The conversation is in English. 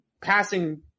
passing